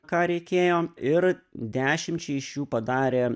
ką reikėjo ir dešimčiai iš jų padarė